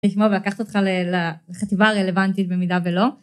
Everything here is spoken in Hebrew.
לקחת אותך לחטיבה הרלוונטית במידה ולא.